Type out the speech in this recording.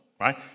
right